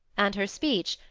and her speech,